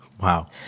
Wow